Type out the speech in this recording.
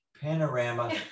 panorama